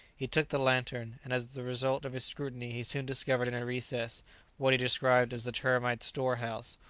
he took the lantern, and as the result of his scrutiny he soon discovered in a recess what he described as the termites' storehouse,